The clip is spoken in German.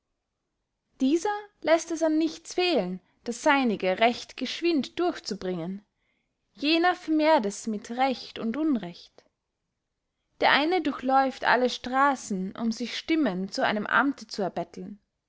dieser läßt es an nichts fehlen das seinige recht geschwind durchzubringen jener vermehrt es mit recht und unrecht der eine durchläuft alle strassen um sich stimmen zu einem amte zu erbettlen